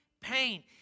pain